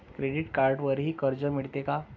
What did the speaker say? Credit कार्डवरही कर्ज मिळते का?